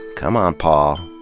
come on, paul.